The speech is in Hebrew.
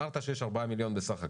אמרת שיש ארבעה מיליארד בסך הכול,